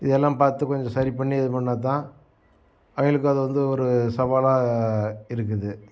இதெல்லாம் பார்த்து கொஞ்சம் சரிபண்ணி இதுபண்ணால்தான் அவங்களுக்கு அதுவந்து ஒரு சவாலாக இருக்குது